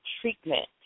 treatment